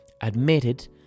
admitted